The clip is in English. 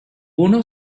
bono